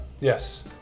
Yes